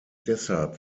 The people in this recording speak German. deshalb